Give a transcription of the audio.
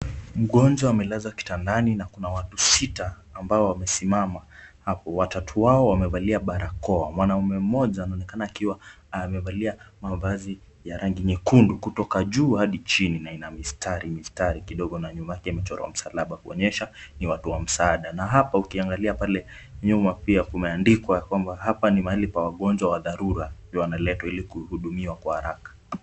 Mgonjwa amelazwa kitandani na kuna watu sita ambao wamesimama hapo, watatu wao wamevalia barakoa, mwanamume mmoja anaonekana akiwa amevalia mavazi ya rangi nyekundu kutoka juu hadi chini na ina mistari kidogo na nyuma yake imechorwa msalaba, kuonyesha ni watu wa msaada, na hapa ukiangalia pale nyuma pia kumeandikwa kuwa hapa ni pahali pa wagonjwa wa dharura juu analetwa ili kuhudumiwa kwa haraka.